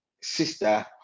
sister